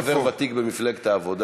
אבל הוא גם חבר ותיק במפלגת העבודה.